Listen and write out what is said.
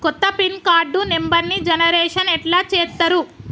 కొత్త pin card నెంబర్ని generation ఎట్లా చేత్తరు?